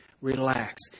relax